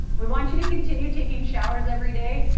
we want you to continue taking showers every day.